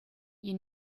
you